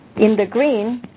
in the green,